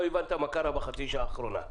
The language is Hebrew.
לא הבנת מה קרה בחצי השעה האחרונה.